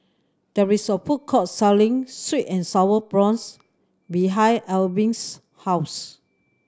there is a food court selling sweet and Sour Prawns behind Albin's house